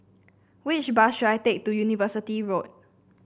which bus should I take to University Road